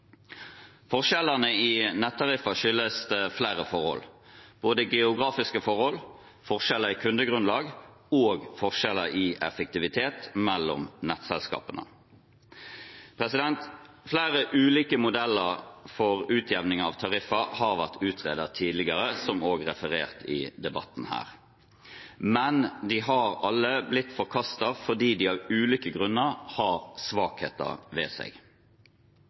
Forskjellene i nettariffer skyldes flere forhold, både geografiske forhold, forskjeller i kundegrunnlag og forskjeller i effektivitet mellom nettselskapene. Flere ulike modeller for utjevning av tariffer har vært utredet tidligere, som referert også i denne debatten. Men de har alle blitt forkastet fordi de av ulike grunner har svakheter ved seg.